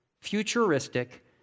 Futuristic